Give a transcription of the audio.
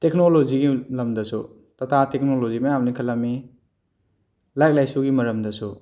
ꯇꯦꯛꯅꯣꯂꯣꯖꯤꯒꯤ ꯂꯝꯗꯁꯨ ꯇꯥꯇꯥ ꯇꯦꯛꯅꯣꯂꯣꯖꯤ ꯃꯌꯥꯝ ꯂꯤꯡꯈꯠꯂꯝꯃꯤ ꯂꯥꯏꯔꯤꯛ ꯂꯥꯏꯁꯨꯒꯤ ꯃꯔꯝꯗꯁꯨ